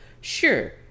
sure